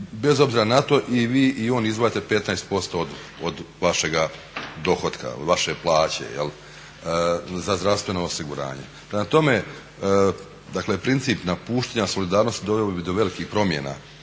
bez obzira na to i vi i on izdvajate 15% od vašega dohotka, vaše plaće za zdravstveno osiguranje. Prema tome, dakle princip napuštanja solidarnosti doveo bi do velikih promjena